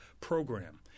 program